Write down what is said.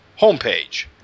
homepage